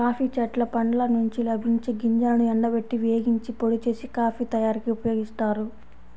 coffee చెట్ల పండ్ల నుండి లభించే గింజలను ఎండబెట్టి, వేగించి, పొడి చేసి, కాఫీ తయారీకి ఉపయోగిస్తారు